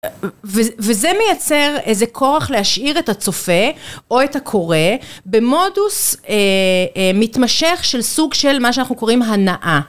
וזה מייצר איזה כורח להשאיר את הצופה או את הקורא במודוס מתמשך של סוג של מה שאנחנו קוראים הנאה.